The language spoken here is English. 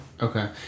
okay